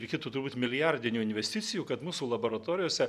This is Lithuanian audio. reikėtų turbūt milijardinių investicijų kad mūsų laboratorijose